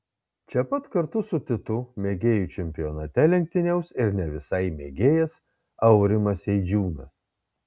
čia pat kartu su titu mėgėjų čempionate lenktyniaus ir ne visai mėgėjas aurimas eidžiūnas